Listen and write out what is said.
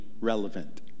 relevant